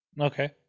Okay